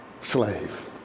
slave